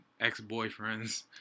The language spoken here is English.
ex-boyfriends